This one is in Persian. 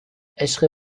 عشق